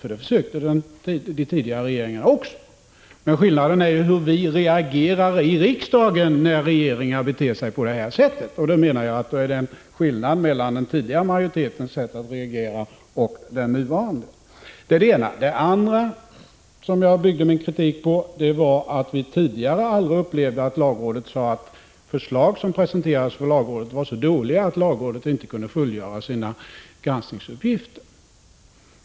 Det försökte den tidigare regeringen också. — Prot. 1985/86:146 Men skillnaden är hur vi i riksdagen reagerar när regeringar beter sig på detta 21 maj 1986 sätt. Det är skillnad mellan den tidigare majoritetens sätt att reagera och den ,= Granskning av statsrå nuvarande. Det är det ena. ä Rv LS Det andra som jag byggde min kritik på var att vi aldrig tidigare upplevt att ARS URsero Hae m.m. lagrådet sagt att de förslag som presenteras för lagrådet är så dåliga att lagrådet inte kan fullgöra sina granskningsuppgifter.